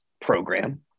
program